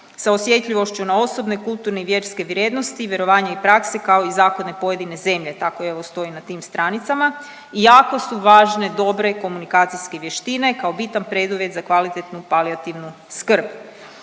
sa osjetljivošću na osobne, kulturne i vjerske vrijednosti, vjerovanje i prakse kao i zakone pojedine zemlje. Tako evo stoji na tim stranicama. I jako su važne dobre komunikacijske vještine kao bitan preduvjet za kvalitetnu palijativnu skrb.